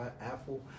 Apple